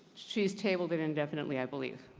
she's tabled it indefinitely, i believe.